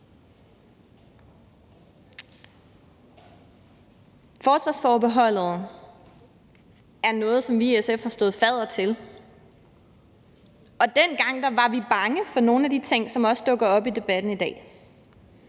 Forsvarsforbeholdet er noget, som vi i SF har stået fadder til, og dengang var vi bange for nogle af de ting, som også dukker op i debatten i dag.